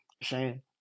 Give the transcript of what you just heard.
Shane